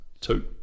two